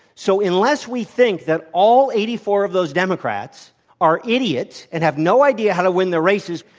so, unless we think that all eighty four of those democrats are idiots and have no idea how to win their races